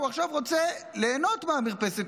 עכשיו הוא רוצה ליהנות מהמרפסת,